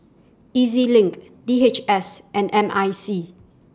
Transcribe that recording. E Z LINK D H S and M I C